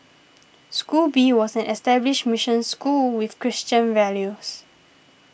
school B was an established mission school with Christian values